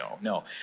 no